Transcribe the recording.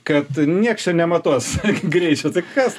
kad nieks čia nematuos greičio tai kas